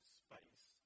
space